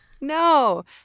No